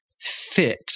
fit